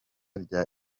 rya